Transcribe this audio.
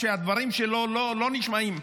שהדברים שלו לא נשמעים.